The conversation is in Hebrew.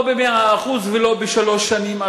לא ב-100% ולא בשלוש שנים,